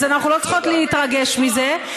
אז אנחנו לא צריכות להתרגש מזה.